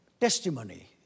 testimony